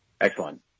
Excellent